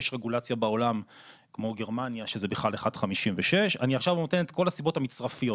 יש רגולציה בעולם כמו גרמניה שזה בכלל 1.56. אני עכשיו נותן את כל הסיבות המצרפיות,